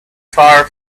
far